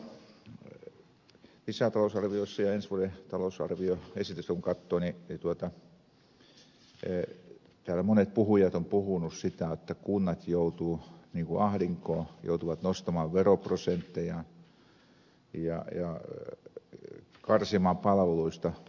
kyllähän tässä kun sillä tavalla lisätalousarviota ja ensi vuoden talousarvioesitystä katsoo täällä monet puhujat ovat puhuneet sitä jotta kunnat joutuvat ahdinkoon joutuvat nostamaan veroprosenttejaan ja karsimaan palveluista